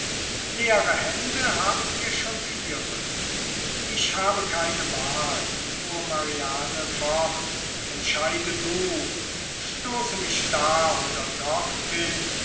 leere hände haben wir schon viere ich habe keine wahl fuhr mariane fort entscheide du stoße mich da oder dort